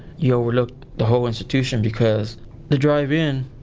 you overlook the whole institution because the drive in,